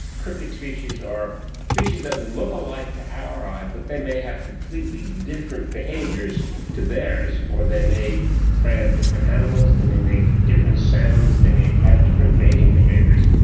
cryptic species are species that look alike to our eye but they may have completely different behaviours to theirs or they may prey on and different animals, they may make different sounds, they may have different mating behaviours,